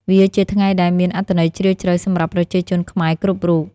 វាជាថ្ងៃដែលមានអត្ថន័យជ្រាលជ្រៅសម្រាប់ប្រជាជនខ្មែរគ្រប់រូប។